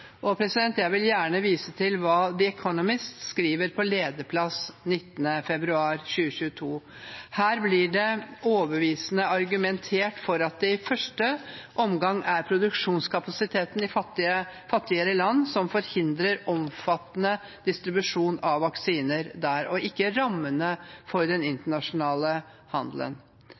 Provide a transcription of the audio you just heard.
Jeg vil gjerne vise til hva The Economist skrev på lederplass 19. februar 2022. Her ble det overbevisende argumentert for at det i første omgang er produksjonskapasiteten i fattigere land som forhindrer omfattende distribusjon av vaksiner der, ikke rammene for den internasjonale handelen.